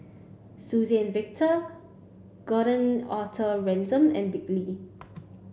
Suzann Victor Gordon Arthur Ransome and Dick Lee